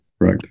right